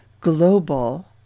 global